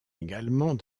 également